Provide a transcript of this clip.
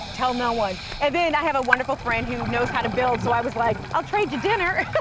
tell no one. and then, i have a wonderful friend who knows how to build, so i was like, i'll trade you dinner.